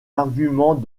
arguments